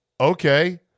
okay